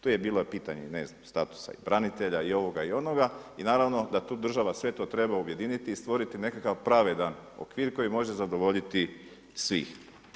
Tu je bilo pitanje statusa i branitelja i ovoga i onoga i naravno da država sve to treba objediniti i stvoriti nekakav pravedan okvir koji može zadovoljiti svih.